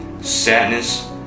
sadness